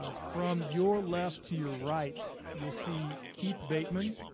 ah from your left to your right, you ll see keith bateman,